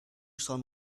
son